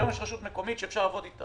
היום יש רשות מקומית שאפשר לעבוד אתה.